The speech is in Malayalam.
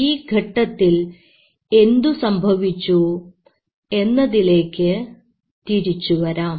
ഈ ഘട്ടത്തിൽ എന്തു സംഭവിച്ചു എന്നതിലേക്ക് തിരിച്ചുവരാം